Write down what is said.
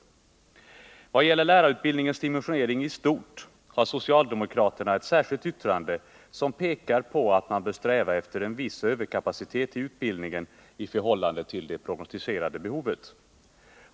I vad gäller lärarutbildningens dimensionering i stort har socialdemokraterna ett särskilt yttrande, som pekar på att man bör sträva efter en viss överkapacitet i utbildningen i förhållande till det prognostiserade behovet.